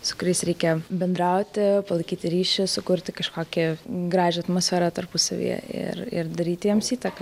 su kuriais reikia bendrauti palaikyti ryšį sukurti kažkokį gražią atmosferą tarpusavyje ir ir daryti jiems įtaką žinoma